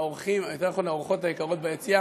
מהאורחים, יותר נכון, האורחות היקרות, ביציע.